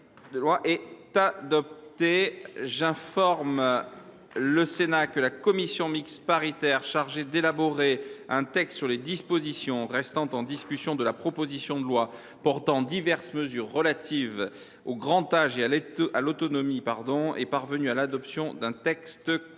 n° 154 : Le Sénat a adopté. J’informe le Sénat que la commission mixte paritaire chargée d’élaborer un texte sur les dispositions restant en discussion de la proposition de loi portant diverses mesures relatives au grand âge et à l’autonomie est parvenue à l’adoption d’un texte commun.